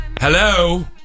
Hello